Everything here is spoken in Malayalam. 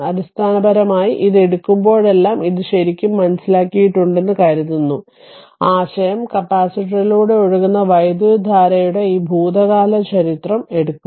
അടിസ്ഥാനപരമായി ഇത് എടുക്കുമ്പോഴെല്ലാം ഇത് ശരിക്കും മനസ്സിലാക്കിയിട്ടുണ്ടെന്ന് കരുതുന്നു ആശയം കപ്പാസിറ്ററിലൂടെ ഒഴുകുന്ന വൈദ്യുതധാരയുടെ ഈ ഭൂതകാല ചരിത്രം എടുക്കും